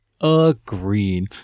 Agreed